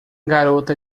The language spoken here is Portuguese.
garota